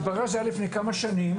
מתברר שזה היה לפני כמה שנים,